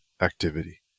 activity